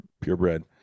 purebred